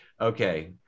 okay